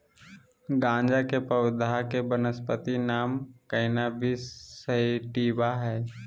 गाँजा के पौधा के वानस्पति नाम कैनाबिस सैटिवा हइ